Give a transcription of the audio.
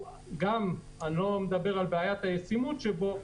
בלי לדבר על בעיית הישימות שבו,